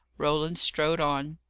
roland strode on.